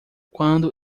quando